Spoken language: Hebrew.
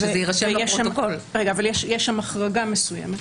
יש שם החרגה מסוימת.